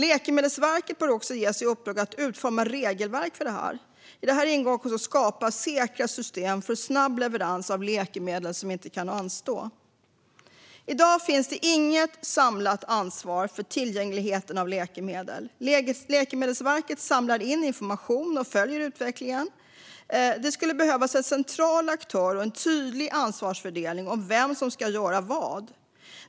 Läkemedelsverket bör också ges i uppdrag att utforma regelverk för detta. I det ingår att skapa säkra system för snabb leverans av läkemedel som inte kan anstå. I dag finns det inget samlat ansvar för tillgängligheten till läkemedel. Läkemedelsverket samlar in information och följer utvecklingen. Det skulle behövas en central aktör och en tydlig ansvarsfördelning gällande vem som ska göra vad.